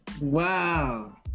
Wow